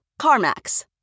CarMax